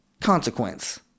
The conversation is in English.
consequence